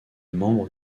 membre